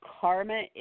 Karma